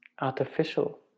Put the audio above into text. artificial